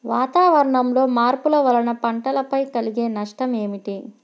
వాతావరణంలో మార్పుల వలన పంటలపై కలిగే నష్టం ఏమిటీ?